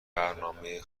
برنامه